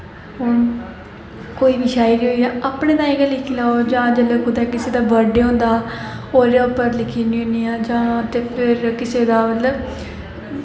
कोई बी शायरी होई गेई अपने ताहीं गै लिखी लैओ जां जेल्लै कुदै कुसै दा बर्थ डे होंदा ओह्दे पर लिखी ओड़नी होनी आं जां ते फिर किसे दा मतलब